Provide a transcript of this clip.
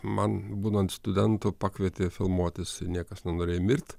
man būnant studentu pakvietė filmuotis niekas nenorėjo mirt